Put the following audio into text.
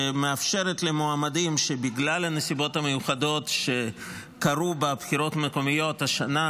שמאפשרת למועמדים שבגלל הנסיבות המיוחדות שקרו בבחירות המקומיות השנה,